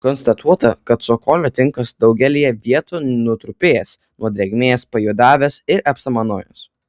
konstatuota kad cokolio tinkas daugelyje vietų nutrupėjęs nuo drėgmės pajuodavęs ir apsamanojęs